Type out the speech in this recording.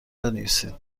بنویسید